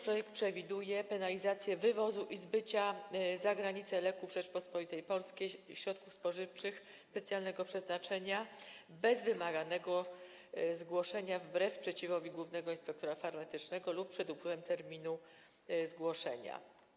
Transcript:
Projekt przewiduje również penalizację wywozu i zbycia za granicę Rzeczypospolitej Polskiej leków, środków spożywczych specjalnego przeznaczenia bez wymaganego zgłoszenia, wbrew sprzeciwowi głównego inspektora farmaceutycznego lub przed upływem terminu zgłoszenia.